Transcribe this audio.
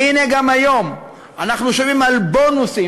והנה גם היום אנחנו שומעים על בונוסים,